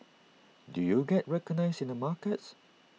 do you get recognised in the markets